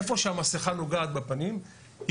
איפה שהמסכה נוגעת בפנים,